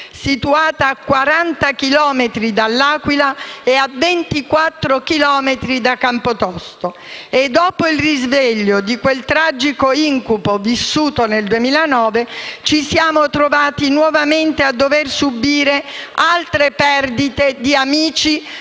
situata a 40 chilometri dall'Aquila e a 24 chilometri da Campotosto. Dopo il risveglio da quel tragico incubo vissuto nel 2009, ci siamo trovati nuovamente a dover subire altre perdite di amici